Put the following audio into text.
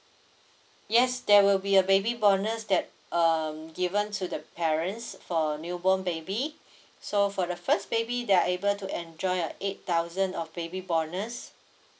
yes there will be a baby bonus that um given to the parents for newborn baby so for the first baby they are able to enjoy a eight thousand of baby bonus